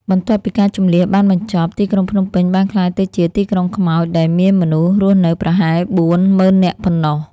បន្ទាប់ពីការជម្លៀសបានបញ្ចប់ ទីក្រុងភ្នំពេញបានក្លាយទៅជា "ទីក្រុងខ្មោច" ដែលមានមនុស្សរស់នៅប្រហែល ៤ ម៉ឺននាក់ប៉ុណ្ណោះ។